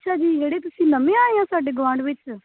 ਅੱਛਾ ਜੀ ਜਿਹੜੇ ਤੁਸੀਂ ਨਵੇਂ ਆਏ ਹੋ ਸਾਡੇ ਗੁਆਂਢ ਵਿੱਚ